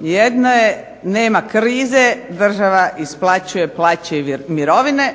Jedne nema krize, država isplaćuje plaći i mirovine.